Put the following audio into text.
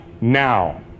now